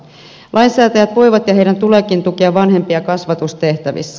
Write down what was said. lainsäätäjät voivat ja heidän tuleekin tukea vanhempia kasvatustehtävissä